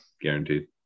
guaranteed